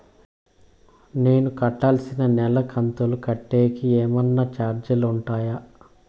నేను కట్టాల్సిన నెల కంతులు కట్టేకి ఏమన్నా చార్జీలు ఉంటాయా?